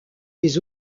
des